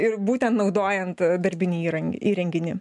ir būtent naudojant darbinį įran įrenginį